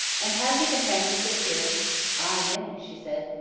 and has he companions to cheer him aye, many she said.